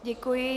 Děkuji.